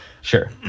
sure